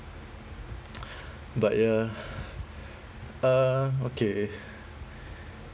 but ya uh okay